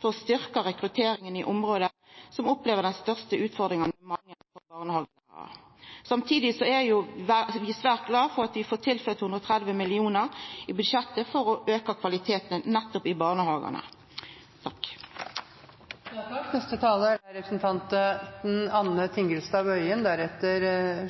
for å styrkja rekrutteringa i område som opplever dei største utfordringane med mangelen på barnehagelærarar. Samtidig er vi svært glade for at det blir tilført 130 mill. kr i budsjettet for å auka kvaliteten nettopp i barnehagane. Senterpartiet støtter forslagsstillerens forslag og